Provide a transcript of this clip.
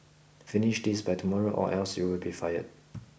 finish this by tomorrow or else you'll be fired